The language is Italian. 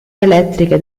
elettriche